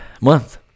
month